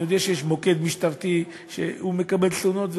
אני יודע שיש מוקד משטרתי שמקבל תלונות,